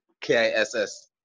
K-I-S-S